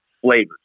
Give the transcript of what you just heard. flavors